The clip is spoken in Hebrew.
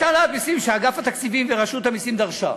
הייתה העלאת מסים שאגף התקציבים ורשות המסים דרשו.